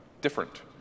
different